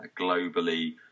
globally